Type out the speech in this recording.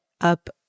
up